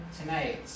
tonight